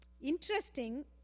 Interesting